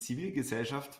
zivilgesellschaft